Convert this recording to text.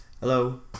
Hello